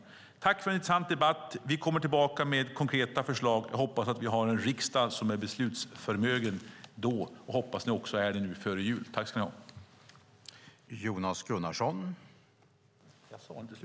Jag tackar för en intressant debatt. Vi kommer tillbaka med konkreta förslag. Jag hoppas att vi har en riksdag som då är beslutsförmögen och att riksdagen också är det före jul.